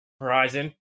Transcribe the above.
Horizon